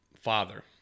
Father